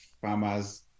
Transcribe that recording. farmers